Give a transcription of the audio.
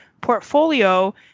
portfolio